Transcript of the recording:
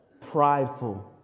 prideful